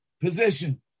position